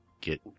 get